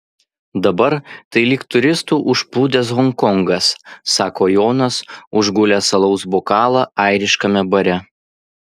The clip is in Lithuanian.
dabar tai lyg turistų užplūdęs honkongas sako jonas užgulęs alaus bokalą airiškame bare